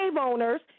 owners